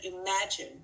imagine